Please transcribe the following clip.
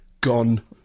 gone